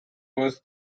was